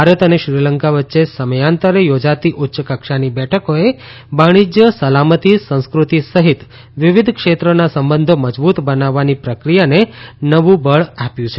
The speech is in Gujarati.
ભારત અને શ્રીલંકા વચ્ચે સમયાંતરે યોજાતી ઉચ્ચકક્ષાની બેઠકોએ વાણીજ્ય સલામતી સંસ્ક્રતિ સહિત વિવિધ ક્ષેત્રનાં સંબંધો મજબૂત બનાવવાની પ્રક્રિયાને નવું બળ આપ્યું છે